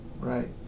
Right